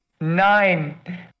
Nine